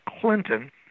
Clinton